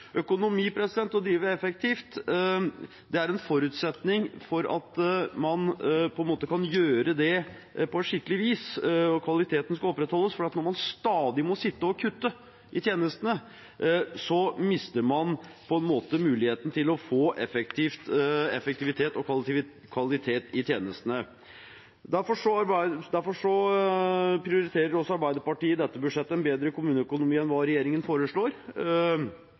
Økonomi og det å drive effektivt er en forutsetning for at man kan gjøre det på skikkelig vis når kvaliteten skal opprettholdes. Når man stadig må sitte og kutte i tjenestene, mister man på en måte muligheten til å få effektivitet og kvalitet i tjenestene. Derfor prioriterer også Arbeiderpartiet i dette budsjettet en bedre kommuneøkonomi enn hva regjeringen foreslår.